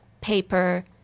paper